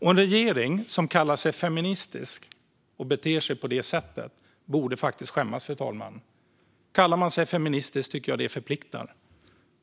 En regering som kallar sig feministisk och beter sig på det sättet borde faktiskt skämmas, fru talman. Kallar man sig feministisk tycker jag att det förpliktar.